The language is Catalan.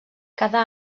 cada